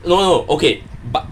no no no okay but